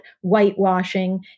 whitewashing